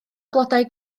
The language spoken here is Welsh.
blodau